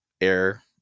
air